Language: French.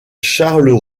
charles